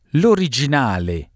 l'originale